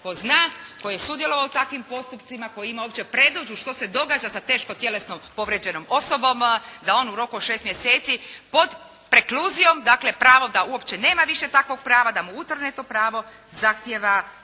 koji zna, koji je sudjelovao u takvim postupcima, koji ima uopće predodžbu što se događa sa teško tjelesnom povrijeđenom osobom, da on u roku od 6 mjeseci od prekluzijom, dakle, pravo da uopće više nema takvog prava, da mu utrne takvo pravo zahtjeva